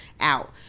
out